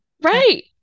Right